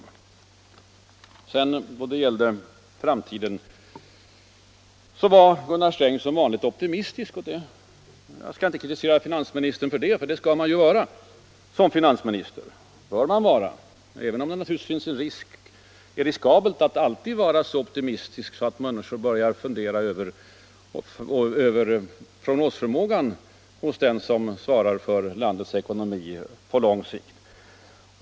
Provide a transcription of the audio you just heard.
Då det gällde framtiden var Gunnar Sträng som vanligt optimistisk. Jag skall inte kritisera finansministern för det. Som finansminister bör man vara optimistisk — även om det naturligtvis är riskabelt att alltid vara så optimistisk att människor börjar fundera över prognosförmågan hos den som svarar för landets ekonomi på lång sikt.